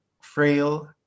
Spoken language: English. frail